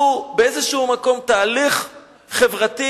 שהוא באיזשהו מקום תהליך חברתי